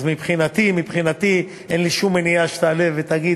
אז מבחינתי אין לי שום מניעה שתעלה ותגיד